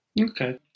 Okay